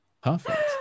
Perfect